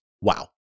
wow